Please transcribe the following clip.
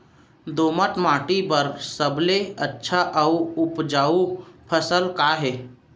दोमट माटी बर सबले अच्छा अऊ उपजाऊ फसल का हे?